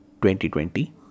2020